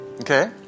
okay